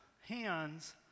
hands